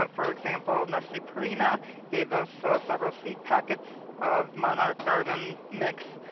um for example. nestle purina gave us ah several seed packets of monarch garden mix,